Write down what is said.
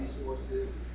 resources